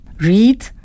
read